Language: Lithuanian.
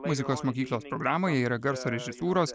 muzikos mokyklos programoje yra garso režisūros